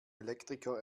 elektriker